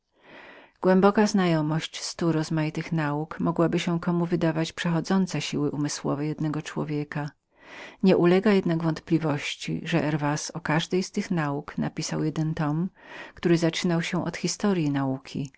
głęboka znajomość stu rozmaitych nauk mogłaby się komu wydawać przechodzącą siły umysłowe jednego człowieka nie podpada jednak wątpliwości że herwas o każdej z tych nauk napisał jeden tom który zaczynał się od historyi nauki